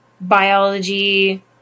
biology